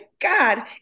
God